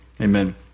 amen